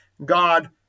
God